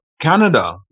Canada